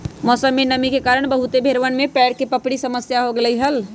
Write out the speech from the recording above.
मौसमा में नमी के कारण बहुत भेड़वन में पैर के पपड़ी के समस्या हो गईले हल